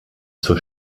zur